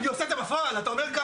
לא,